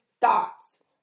thoughts